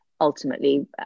ultimately